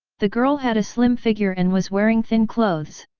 the girl had a slim figure and was wearing thin clothes.